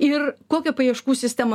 ir kokią paieškų sistemą